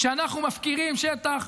כשאנחנו מפקירים שטח,